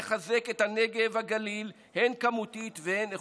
יחזק את הנגב והגליל הן כמותית והן איכותית.